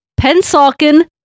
Pensalkin